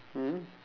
mm